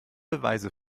beweise